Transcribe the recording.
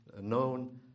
known